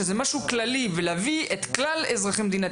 שזה משהו כללי ולהביא את כלל אזרחי מדינת